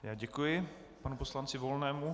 Já děkuji panu poslanci Volnému.